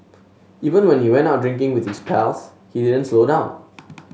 even when he went out drinking with his pals he didn't slow down